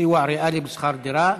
סיוע ריאלי בשכר דירה).